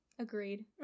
Agreed